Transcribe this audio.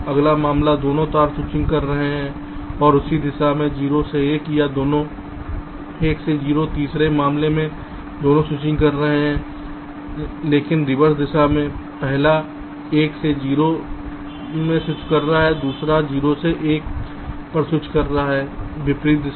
अगला मामला दोनों तार स्विचिंग कर रहे हैं और उसी दिशा में 0 से 1 या दोनों 1 से 0 तीसरे मामले दोनों स्विचिंग कर रहे हैं लेकिन रिवर्स दिशा में पहला 1 से 0 से स्विच कर रहा है दूसरा एक 0 से 1 पर स्विच कर रहा है विपरीत दिशा